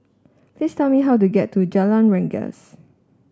please tell me how to get to Jalan Rengas